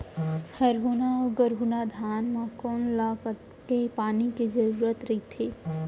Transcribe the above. हरहुना अऊ गरहुना धान म कोन ला कतेक पानी के जरूरत रहिथे?